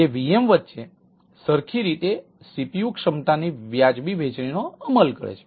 જે VM વચ્ચે સરખી રીતે CPU ક્ષમતા ની વાજબી વહેંચણીનો અમલ કરે છે